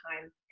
time